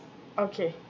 okay